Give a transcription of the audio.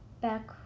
back